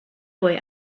boy